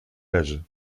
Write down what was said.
leży